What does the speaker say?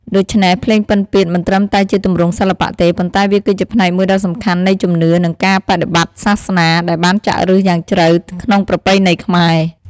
ដូច្នេះ ភ្លេងពិណពាទ្យមិនត្រឹមតែជាទម្រង់សិល្បៈទេ ប៉ុន្តែវាគឺជាផ្នែកមួយដ៏សំខាន់នៃជំនឿ និងការបដិបត្តិសាសនា ដែលបានចាក់ឫសយ៉ាងជ្រៅក្នុងប្រពៃណីខ្មែរ។